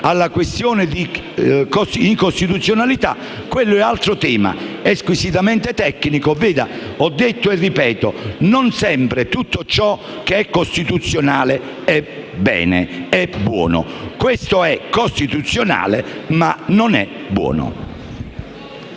alla questione di incostituzionalità, quello è altro tema, squisitamente tecnico. Ho detto e ripeto che non sempre tutto ciò che è costituzionale è bene ed è buono. Questo è costituzionale, ma non è buono.